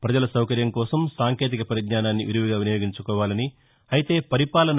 ప్రజల సౌకర్యం కోసం సాంకేతిక పరిజ్ఞానాన్ని విరివిగా వినియోగించుకోవాలని అయితే పరిపాలన